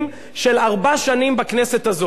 אני, דגימות, כמובן, כמה דגימות.